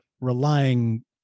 relying